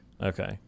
okay